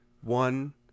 one